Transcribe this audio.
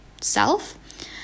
self